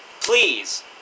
please